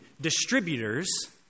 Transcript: distributors